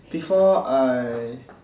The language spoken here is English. before I